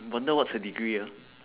wonder what's her degree ah